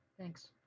thanks